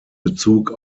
bezug